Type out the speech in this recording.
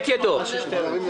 זה כל המגזרים.